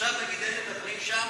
עכשיו נגיד הם מדברים שם,